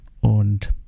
und